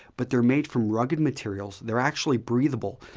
but theyire made from rugged materials. theyire actually breathable.